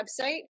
website